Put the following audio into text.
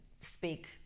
speak